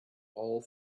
all